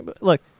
Look